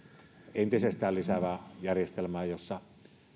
entisestään lisäävään järjestelmään jossa